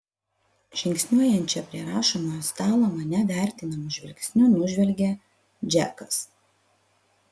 žingsniuojančią prie rašomojo stalo mane vertinamu žvilgsniu nužvelgia džekas